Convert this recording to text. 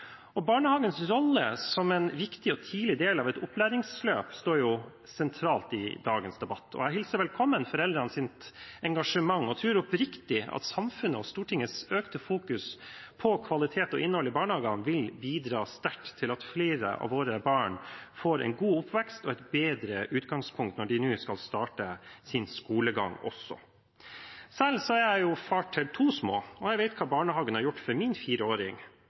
Barnehagens rolle som en viktig og tidlig del av et opplæringsløp, står sentralt i dagens debatt. Jeg hilser velkommen foreldrenes engasjement og tror oppriktig at samfunnets og Stortingets økte fokus på kvalitet og innhold i barnehagene vil bidra sterkt til at flere av våre barn får en god oppvekst og et bedre utgangspunkt når de nå skal starte sin skolegang også. Selv er jeg far til to små, og jeg vet hva barnehagen har gjort for min